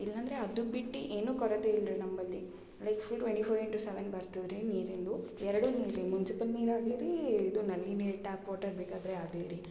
ಇಲ್ಲಾಂದ್ರೆ ಅದು ಬಿಟ್ಟು ಏನು ಕೊರತೆ ಇಲ್ರಿ ನಂಬಲ್ಲಿ like full twenty four into seven ಬರ್ತದೆ ರೀ ನೀರಿಂದು ಎರಡು ನೀರಿಂದು ಮುನ್ಸಿಪಲ್ ನೀರಾಗಲಿ ರೀ ಇದು ನಲ್ಲಿ ನೀರು ಟ್ಯಾಪ್ ವಾಟರ್ ಬೇಕಾದರೆ ಆಗಲಿ ರೀ